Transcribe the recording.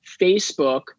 Facebook